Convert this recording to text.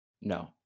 no